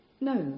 No